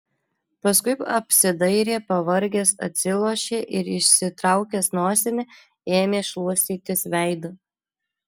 paskui apsidairė pavargęs atsilošė ir išsitraukęs nosinę ėmė šluostytis veidą